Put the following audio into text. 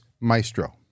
maestro